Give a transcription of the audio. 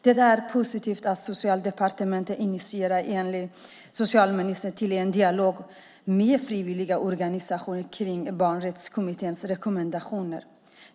Det är positivt att Socialdepartementet, enligt socialministern, har initierat en dialog med frivilligorganisationer kring barnrättskommitténs rekommendationer.